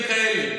הנתונים הם אלה: